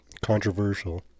controversial